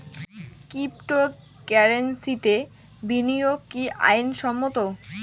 ক্রিপ্টোকারেন্সিতে বিনিয়োগ কি আইন সম্মত?